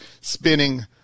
spinning